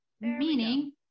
Meaning